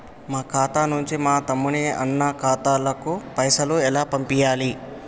మా ఖాతా నుంచి మా తమ్ముని, అన్న ఖాతాకు పైసలను ఎలా పంపియ్యాలి?